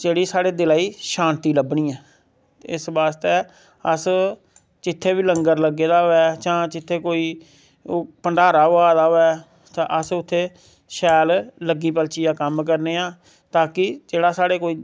जेह्ड़े साहड़़े दिला गी शांति लब्भनी ऐ ते इस आस्तै अस जित्थै बी लंगर लग्गे दा होवे जां जित्थै बी कोई भंडारा होआ दा होवे ते अस उत्थै शैल लग्गी पलचियै कम्म करने आं ताकि जेह्ड़ा स्हाड़ा कोई